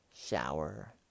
shower